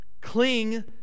Cling